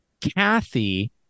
Kathy